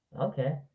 Okay